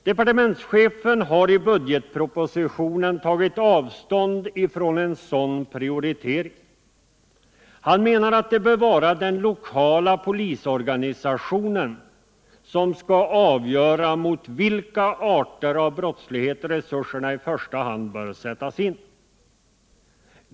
Departementschefen har i budgetpropositionen tagit avstånd från en sådan prioritering. Han menar att det bör vara den lokala polisorganisationen som skall avgöra mot vilka arter av brottslighet resurserna i första hand bör sättas in.